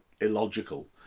illogical